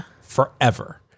forever